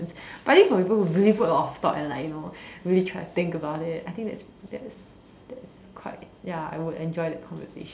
but I think for people who really put a lot of thought and like you know really try to think about it I think that's that's that is quite ya I would enjoy that conversation